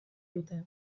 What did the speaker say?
dute